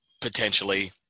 potentially